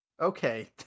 Okay